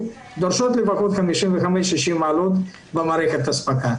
דורשות לפחות 60-55 מעלות במערכת האספקה.